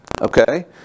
Okay